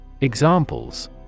Examples